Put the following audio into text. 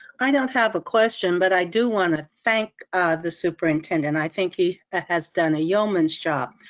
i don't have a question, but i do wanna thank the superintendent. i think he ah has done a yeoman's job,